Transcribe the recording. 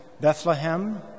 Bethlehem